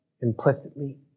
implicitly